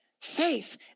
Faith